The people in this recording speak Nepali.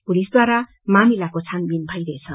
पुलिसद्वारा मामिलाको छानवीन भइरहेछ